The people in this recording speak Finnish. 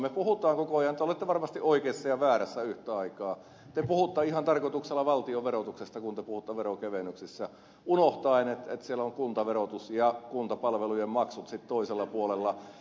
me puhumme koko ajan te olette varmasti oikeassa ja väärässä yhtä aikaa te puhutte ihan tarkoituksella valtion verotuksesta kun te puhutte veronkevennyksistä unohtaen että siellä on kuntaverotus ja kuntapalvelujen maksut sitten toisella puolella